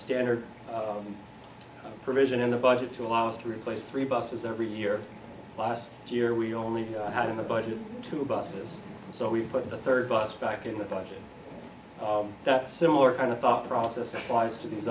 standard provision in the budget to allow us to replace three buses every year last year we only had in the budget two buses so we've put the third bus back in the budget that similar kind of thought process wise to these